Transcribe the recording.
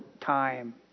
time